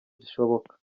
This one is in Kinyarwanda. gishoboka